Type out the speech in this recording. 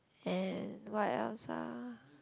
and what else ah